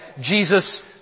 Jesus